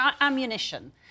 ammunition